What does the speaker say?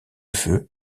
feu